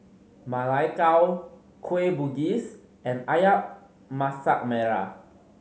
Ma Lai Gao Kueh Bugis and Ayam Masak Merah